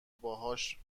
باهاش